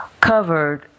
covered